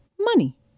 Money